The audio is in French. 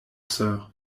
soeur